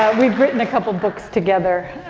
we've written a couple of books together,